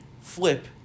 flip